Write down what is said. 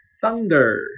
thunder